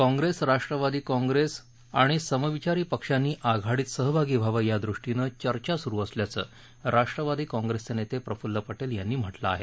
Congress Rashtrawadi Congress आणि समविचारी पक्षांनी आघाडीत सहभागी व्हावं यादृष्टीनं चर्चा सुरु असल्याचं राष्ट्रवादी काँप्रेसचे नेते प्रफुल्ल पटेल यांनी म्हटल आहे